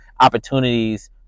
opportunities